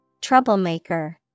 troublemaker